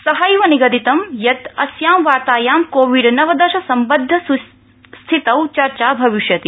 सहैव निगदितं यत् अस्यां वार्तायां कोविड नवदश सम्बद्ध स्थितौ चर्चा भविष्यति